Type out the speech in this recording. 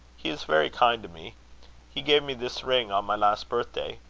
he is very kind to me he gave me this ring on my last birthday.